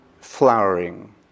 flowering